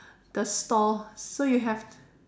the stall so you have